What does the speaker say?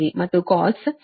ಮತ್ತು Cos R1 ಈಗ 0